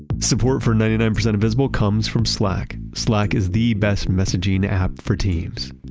support for ninety nine percent invisible comes from slack. slack is the best messaging app for teams.